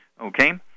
okay